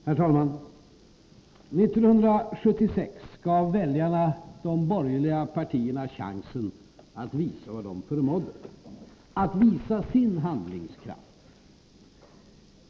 Herr talman! 1976 gav väljarna de borgerliga partierna chansen att visa vad de förmådde, att visa sin handlingskraft.